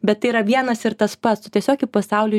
bet tai yra vienas ir tas pats tu tiesiog į pasaulį